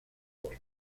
por